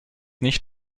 nicht